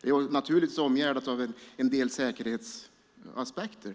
Det omgärdas av en del säkerhetsaspekter.